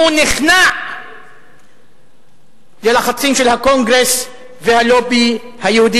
הוא נכנע ללחצים של הקונגרס והלובי היהודי